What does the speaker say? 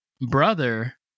brother